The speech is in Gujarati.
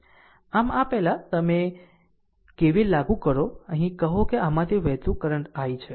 આમ પહેલા તમે KVL લાગુ કરો અહીં કહો કે આમાંથી વહેતું કરંટ i છે